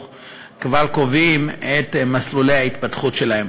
כבר קובעים את מסלולי ההתפתחות שלהם.